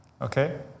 Okay